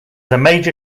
major